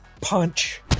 punch